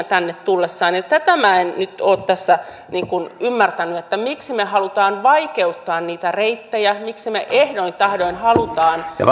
tänne tullessaan tätä minä en nyt ole tässä ymmärtänyt miksi me haluamme vaikeuttaa niitä reittejä miksi me ehdoin tahdoin haluamme että lapset ja